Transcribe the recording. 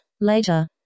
Later